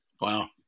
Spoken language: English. Wow